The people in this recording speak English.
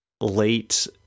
late